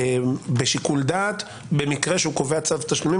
בשיקול דעת במקרה שהוא קובע צו תשלומים,